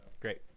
Great